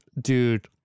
dude